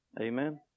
Amen